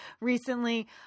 recently